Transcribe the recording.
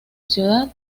ciudad